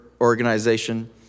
organization